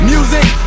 Music